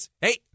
hey